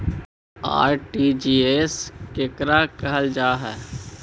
RTGS केकरा कहल जा है?